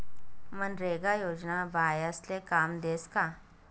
मनरेगा योजना बायास्ले काम देस का?